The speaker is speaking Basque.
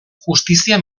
justizia